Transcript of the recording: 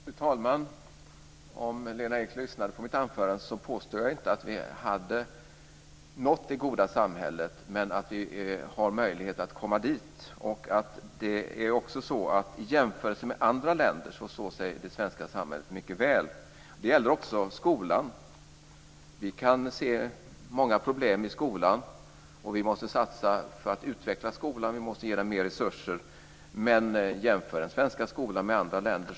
Fru talman! Om Lena Ek hade lyssnat på mitt anförande skulle hon ha hört att jag inte påstod att vi hade nått det goda samhället men att vi har möjlighet att komma dit. I jämförelse med andra länder står sig det svenska samhället mycket väl. Det gäller också skolan. Vi kan se många problem i skolan, och vi måste satsa på att utveckla skolan. Vi måste ge den mer resurser. Men jämför den svenska skolan med skolan i andra länder!